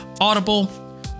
Audible